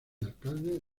alcalde